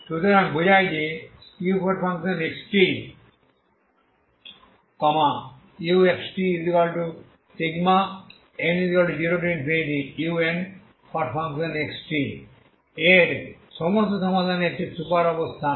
সুতরাং বোঝায় যে uxt uxtn0unxtl এর সমস্ত সমাধানের একটি সুপার অবস্থান